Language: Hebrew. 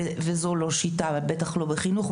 וזוהי לא שיטה; בטח שלא בחינוך,